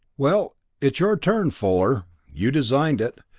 well it's your turn, fuller you designed it.